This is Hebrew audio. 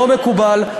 לא מקובל,